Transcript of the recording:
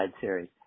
series